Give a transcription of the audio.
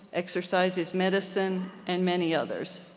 exercises medicine, and many others.